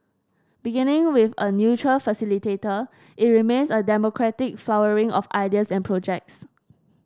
beginning with a neutral facilitator it remains a democratic flowering of ideas and projects